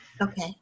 Okay